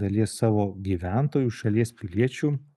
dalies savo gyventojų šalies piliečių